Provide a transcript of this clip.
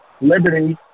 Liberty